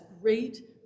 great